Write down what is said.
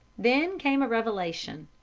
then came a revelation.